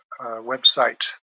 website